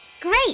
Great